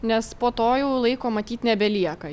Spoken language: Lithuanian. nes po to jau laiko matyt nebelieka